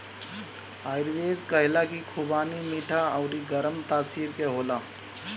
आयुर्वेद कहेला की खुबानी मीठा अउरी गरम तासीर के होला